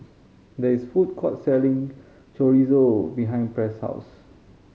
there is a food court selling Chorizo behind Press' house